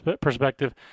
perspective